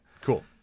Cool